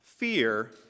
Fear